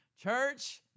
Church